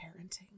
parenting